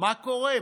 מה קורה?